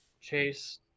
Chase